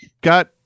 got